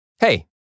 Hey